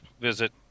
visit